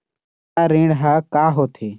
सोना ऋण हा का होते?